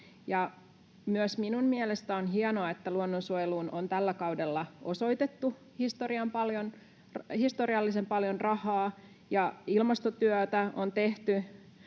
Myös minun mielestäni on hienoa, että luonnonsuojeluun on tällä kaudella osoitettu historiallisen paljon rahaa ja ilmastotyötä on tehty,